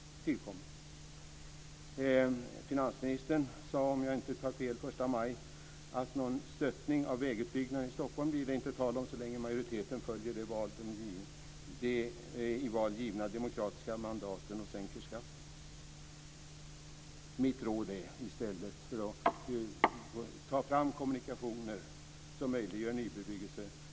Finansministern sade, om jag inte tar fel, första maj att det inte blir tal om någon stöttning av vägutbyggnaden i Stockholm så länge majoriteten följer de i val givna demokratiska mandaten och sänker skatten. Mitt råd är: Ta fram kommunikationer som möjliggör nybebyggelse.